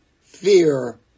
Fear